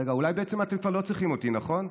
רגע, אולי בעצם אתם כבר לא צריכים אותי, נכון?